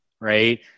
right